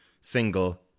single